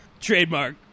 Trademark